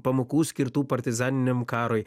pamokų skirtų partizaniniam karui